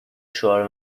شعار